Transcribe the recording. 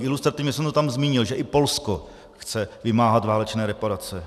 Ilustrativně jsem to tam zmínil, že i Polsko chce vymáhat válečné reparace.